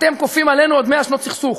אתם כופים עלינו עוד 100 שנות סכסוך,